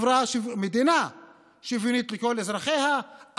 מדינה שוויונית לכל אזרחיה,